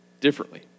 differently